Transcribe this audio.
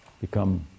become